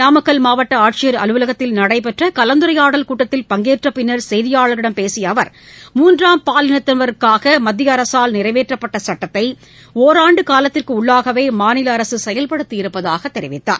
நாமக்கல் மாவட்ட ஆட்சியர் அலுவலகத்தில் நடைபெற்ற கலந்துரையாடல் கூட்டத்தில் பங்கேற்ற பின்னர் செய்தியாளர்களிடம் பேசிய அவர் மூன்றாம் பாலினத்தினருக்காக மத்திய அரசால் நிறைவேற்றப்பட்ட சட்டத்தை ஒராண்டு காலத்திற்குள்ளாகவே மாநில அரசு செயல்படுத்தி இருப்பதாக தெரிவித்தார்